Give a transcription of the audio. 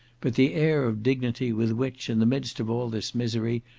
but the air of dignity with which, in the midst of all this misery,